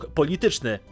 polityczny